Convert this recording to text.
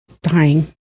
dying